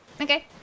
Okay